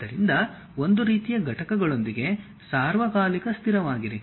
ಆದ್ದರಿಂದ ಒಂದು ರೀತಿಯ ಘಟಕಗಳೊಂದಿಗೆ ಸಾರ್ವಕಾಲಿಕ ಸ್ಥಿರವಾಗಿರಿ